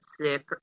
sick